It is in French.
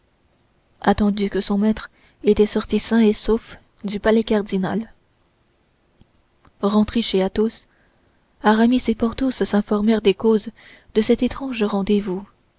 attendu que son maître était sorti sain et sauf du palaiscardinal rentrés chez athos aramis et porthos s'informèrent des causes de cet étrange rendez-vous